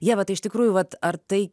ieva tai iš tikrųjų vat ar tai